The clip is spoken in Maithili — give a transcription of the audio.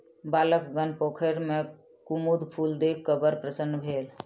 बालकगण पोखैर में कुमुद फूल देख क बड़ प्रसन्न भेल